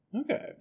Okay